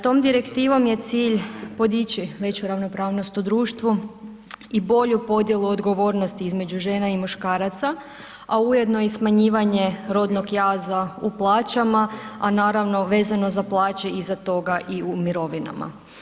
Tom direktivom je cilj podići veću ravnopravnost u društvu i bolju podjelu odgovornosti između žena i muškaraca, a ujedno i smanjivanje rodnog jaza u plaćama, a naravno vezano za plaće iza toga i u mirovinama.